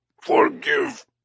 forgive